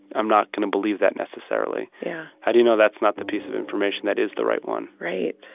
i'm not going to believe that necessarily yeah how do you know that's not the piece of information that is the right one? right,